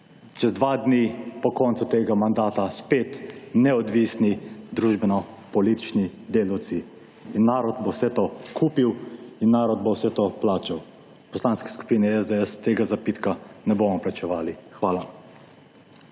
čez 2 dni po koncu tega mandata spet neodvisni družbenopolitični delavci. In narod bo vse to kupil in narod bo vse to plačal. V Poslanski skupini SDS tega zapitka ne bomo plačevali. Hvala.